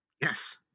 Yes